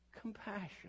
compassion